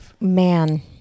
Man